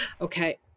okay